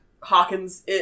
Hawkins